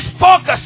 focus